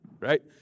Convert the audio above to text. right